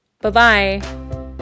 Bye-bye